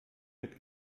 mit